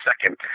second